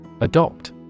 Adopt